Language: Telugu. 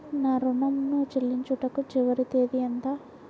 నా ఋణం ను చెల్లించుటకు చివరి తేదీ ఎంత?